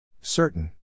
Certain